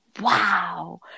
wow